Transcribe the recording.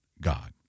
God